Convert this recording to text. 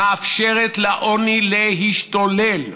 מאפשרת לעוני להשתולל,